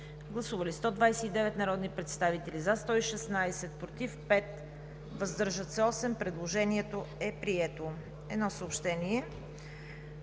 Гласували 129 народни представители: за 116, против 5, въздържали се 8. Предложението е прието. Едно съобщение: